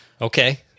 Okay